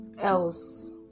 else